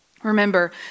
Remember